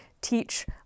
teach